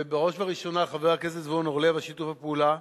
ובראש ובראשונה חבר הכנסת זבולון אורלב על שיתוף הפעולה,